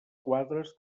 quadres